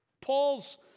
Paul's